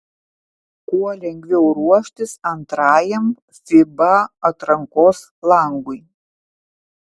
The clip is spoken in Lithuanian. kuo lengviau ruoštis antrajam fiba atrankos langui